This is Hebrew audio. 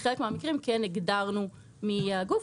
בחלק מהמקרים כן הגדרנו מי יהיה הגוף,